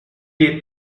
est